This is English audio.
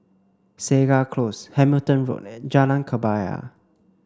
Segar Close Hamilton Road and Jalan Kebaya